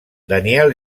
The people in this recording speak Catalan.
daniel